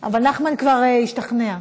אבל נחמן כבר השתכנע.